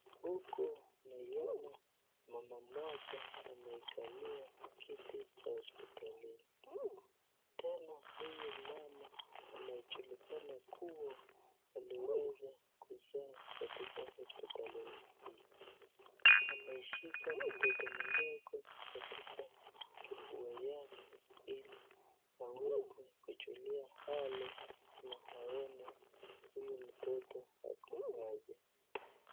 Huku naona mama mmoja ameikaliankiti caha hospitalini, tena huyu mama inajulikana kuwa aliweza kuzaa katika hospitalini hii, ameshika mtoto mdogo katika kifua yake, ili aweze kujulia hali na maono, ili ajue huyu mtoto ako aje.